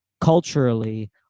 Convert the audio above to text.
culturally